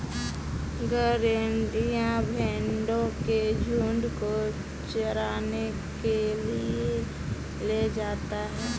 गरेड़िया भेंड़ों के झुण्ड को चराने के लिए ले जाता है